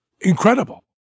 incredible